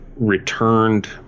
returned